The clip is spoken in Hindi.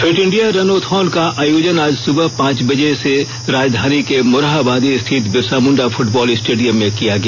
fit India runathon का आयोजन आज सुबह पांच बजे से राजधानी के मोरहाबादी स्थित बिरसा मुंडा फुटबॉल स्टेडियम में किया गया